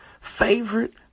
Favorite